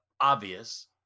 obvious